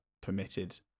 permitted